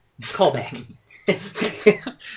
Callback